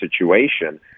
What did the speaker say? situation